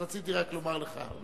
אז רציתי רק לומר לך.